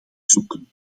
zoeken